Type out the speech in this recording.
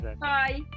Bye